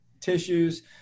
tissues